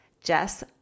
Jess